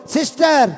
Sister